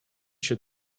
się